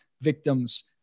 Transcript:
victims